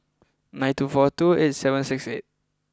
nine two four two eight seven six eight